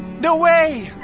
no way!